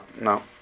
no